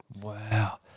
Wow